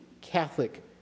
Catholic